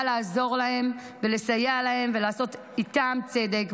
לעזור להם ולסייע להם ולעשות איתם צדק,